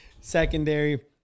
secondary